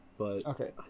Okay